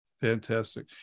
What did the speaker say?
Fantastic